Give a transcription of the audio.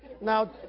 Now